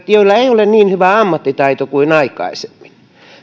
joilla ei ole niin hyvä ammattitaito kuin aikaisemmin